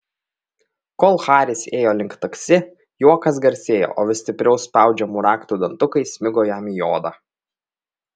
kol haris ėjo link taksi juokas garsėjo o vis stipriau spaudžiamų raktų dantukai smigo jam į odą